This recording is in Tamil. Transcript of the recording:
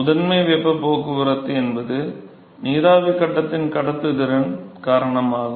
முதன்மை வெப்பப் போக்குவரத்து என்பது நீராவி கட்டத்தின் கடத்துத்திறன் காரணமாகும்